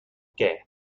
què